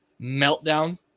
meltdown